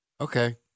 Okay